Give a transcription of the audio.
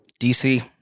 DC